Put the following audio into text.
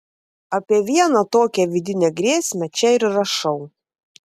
apie vieną tokią vidinę grėsmę čia ir rašau